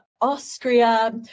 Austria